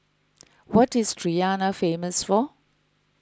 what is Tirana famous for